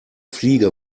fliege